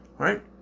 right